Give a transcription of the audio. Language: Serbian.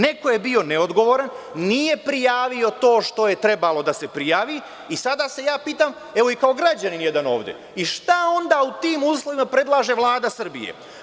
Neko je bio neodgovoran, nije prijavio to što je trebalo da se prijavi i sada se ja pitam, evo kao i građanin jedan ovde, šta onda u tim uslovima predlaže Vlada Srbije?